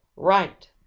right!